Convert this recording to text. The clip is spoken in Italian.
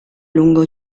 lungo